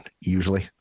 usually